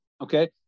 Okay